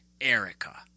Erica